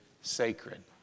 sacred